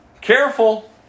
Careful